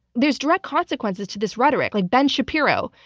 there's direct consequences to this rhetoric. like ben shapiro,